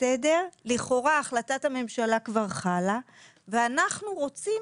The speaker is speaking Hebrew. לכאורה החלטת הממשלה כבר חלה ואנחנו רוצים